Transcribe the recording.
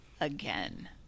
again